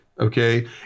Okay